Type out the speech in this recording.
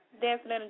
dancing